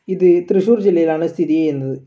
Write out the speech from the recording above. ഇത് തൃശ്ശൂർ ജില്ലയിലാണ് സ്ഥിതി ചെയ്യുന്നത്